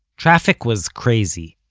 traffic was crazy,